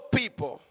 people